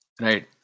Right